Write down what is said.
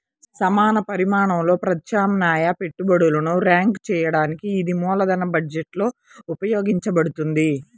సమాన పరిమాణంలో ప్రత్యామ్నాయ పెట్టుబడులను ర్యాంక్ చేయడానికి ఇది మూలధన బడ్జెట్లో ఉపయోగించబడుతుంది